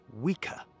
Weaker